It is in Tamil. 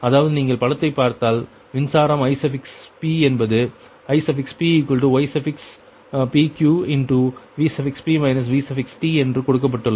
அதாவது நீங்கள் படத்தை பார்த்தல் மின்சாரம் Ip என்பது IpypqVp Vt என்று கொடுக்கப்பட்டுள்ளது